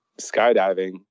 skydiving